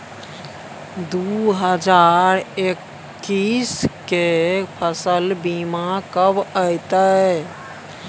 दु हजार एक्कीस के फसल बीमा कब अयतै?